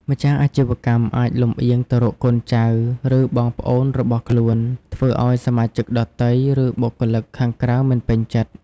ម្ចាស់អាជីវកម្មអាចលម្អៀងទៅរកកូនចៅ ឬបងប្អូនរបស់ខ្លួន ធ្វើឲ្យសមាជិកដទៃ ឬបុគ្គលិកខាងក្រៅមិនពេញចិត្ត។